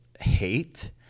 hate